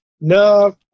no